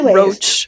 roach